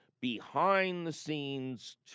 behind-the-scenes